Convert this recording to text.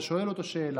אתה שואל אותו שאלה,